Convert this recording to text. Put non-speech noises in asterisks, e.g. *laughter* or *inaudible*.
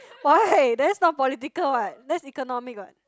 why *laughs* that's not political [what] that's economic [what]